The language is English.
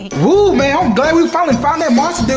woo, man i'm glad we finally found that monster